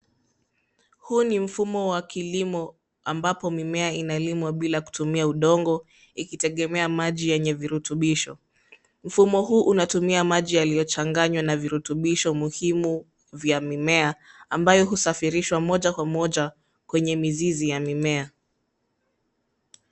Huu ni mfumo wa kilimo ambapo mimea inalimwa bila kutumia udongo ikitegemeaa maji yenye virutubisho. Mfumo huu unatumia maji yaliyochanganywa na virutubisho muhimu vya mimea ambayo husafirishwa moja kwa moja kwenye mizizi ya mimea.